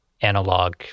analog